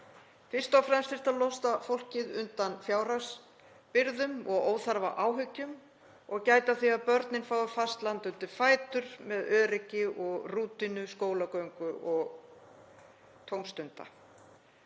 Fyrst og fremst þyrfti að losa fólkið undan fjárhagsbyrðum og óþarfaáhyggjum og gæta að því að börnin fái fast land undir fætur með öryggi og rútínu skólagöngu og tómstunda.